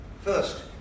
First